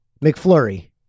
McFlurry